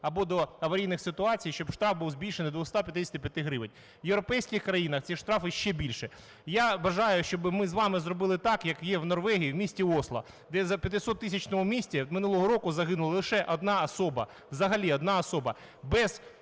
або до аварійних ситуацій, щоб штраф був збільшений до 255 гривень. У європейських країнах ці штрафи ще більші. Я вважаю, щоб ми з вами зробили так, як є у Норвегії в місті Осло, де у п'ятитисячному місті минулого року загинула лише одна особа, взагалі одна особа.